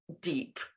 deep